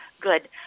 good